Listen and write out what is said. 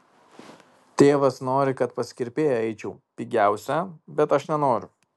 tėvas nori kad pas kirpėją eičiau pigiausia bet aš nenoriu